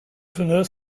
earth